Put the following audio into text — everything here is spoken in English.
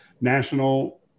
national